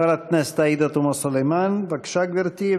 חברת הכנסת עאידה תומא סלימאן, בבקשה, גברתי.